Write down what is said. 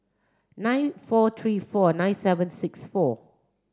nine four three four nine seven six four